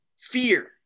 fear